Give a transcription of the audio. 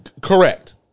Correct